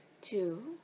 two